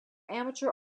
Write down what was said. amateur